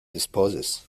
disposes